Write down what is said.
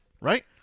right